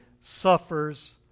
suffers